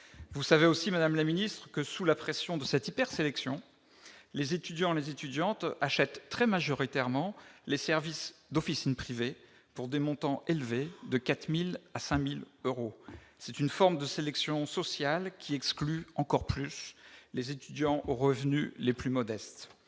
ou de drogues est très élevée. Sous la pression de cette hypersélection, les étudiants et les étudiantes achètent très majoritairement les services d'officines privées, pour des montants élevés- de 4 000 à 5 000 euros. C'est une forme de sélection sociale, qui exclut encore plus les étudiants aux revenus les plus modestes.